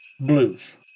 Blues